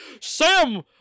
Sam